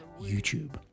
YouTube